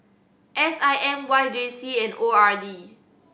S I M Y J C and O R D